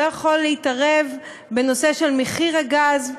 לא יכול להתערב בנושא של מחיר הגז?